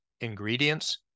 ingredients